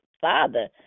father